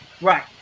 Right